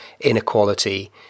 inequality